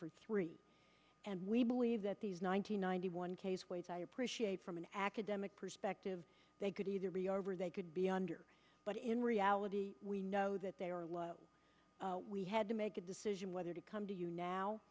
for three and we believe that these nine hundred ninety one case ways i appreciate from an academic perspective they could either be or were they could be under but in reality we know that they are what we had to make a decision whether to come to you now